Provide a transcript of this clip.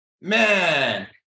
Man